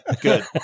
good